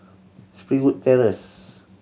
Springwood Terrace